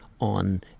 on